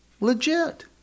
legit